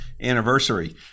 anniversary